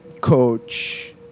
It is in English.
coach